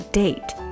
date